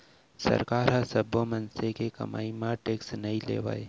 सरकार ह सब्बो मनसे के कमई म टेक्स नइ लेवय